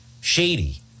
Shady